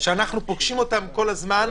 שאנחנו פוגשים אותם כל הזמן,